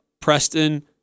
Preston